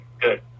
good